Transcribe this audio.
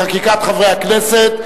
לחקיקת חברי הכנסת.